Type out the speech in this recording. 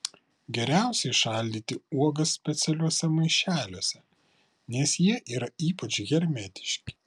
geriausiai šaldyti uogas specialiuose maišeliuose nes jie yra ypač hermetiški